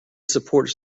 supports